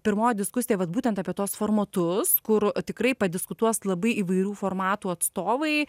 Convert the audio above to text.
pirmoji diskusija vat būtent apie tuos formatus kur tikrai padiskutuos labai įvairių formatų atstovai